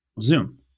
Zoom